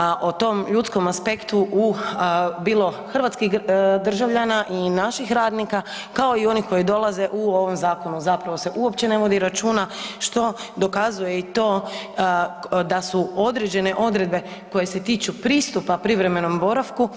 A o tom ljudskom aspektu bilo hrvatskih državljana i napih radnika, kao i onih koji dolaze, u ovom zakonu zapravo se uopće ne vodi računa što dokazuje i to da su određene odredbe koje se tiču pristupa privremenog boravku